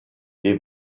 des